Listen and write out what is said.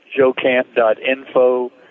JoeCamp.info